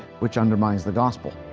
which undermines the gospel.